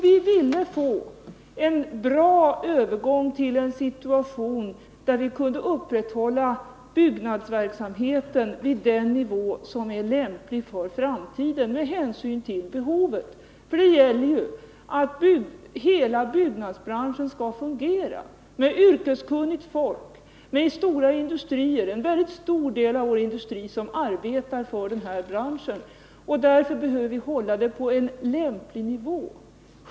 Vi ville få en bra övergång till en situation där vi kunde upprätthålla byggnadsverksamheten vid den nivå som med hänsyn till behovet var lämplig för framtiden. Det gäller ju att hela byggnadsbranschen, med yrkeskunnigt folk och stora industrier, skall fungera. En väldigt stor del av vår industri arbetar för denna bransch. Därför är det viktigt att hålla bostadsbyggandet på en lämplig nivå.